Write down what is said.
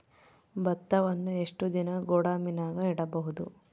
ಭತ್ತವನ್ನು ಎಷ್ಟು ದಿನ ಗೋದಾಮಿನಾಗ ಇಡಬಹುದು?